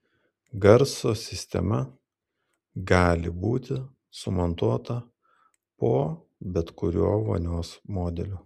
garso sistema gali būti sumontuota po bet kuriuo vonios modeliu